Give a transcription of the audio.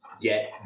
get